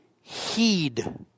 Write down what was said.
heed